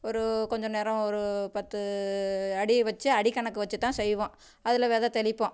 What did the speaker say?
ஒரு கொஞ்ச நேரம் ஒரு பத்து அடி வச்சு அடி கணக்கு வச்சு தான் செய்வோம் அதில் வித தெளிப்போம்